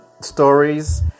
stories